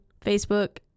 Facebook